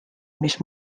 mis